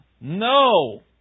No